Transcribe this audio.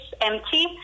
empty